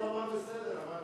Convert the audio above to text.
ועדת העבודה והרווחה.